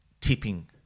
tipping